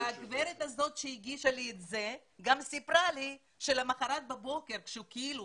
הגברת הזאת שהגישה לי את זה גם סיפרה לי שלמוחרת בבוקר כשהוא כאילו